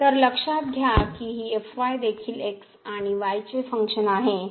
तर लक्षात घ्या की ही fy देखील x आणि y चे फंक्शन आहे